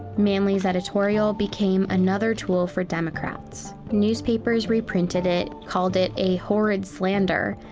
manly's editorial became another tool for democrats. newspapers reprinted it, called it a horrid slander,